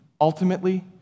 Ultimately